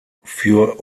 für